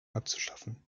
abzuschaffen